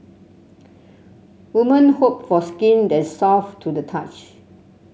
woman hope for skin that is soft to the touch